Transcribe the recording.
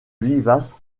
vivace